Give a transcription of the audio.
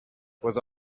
was